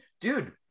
dude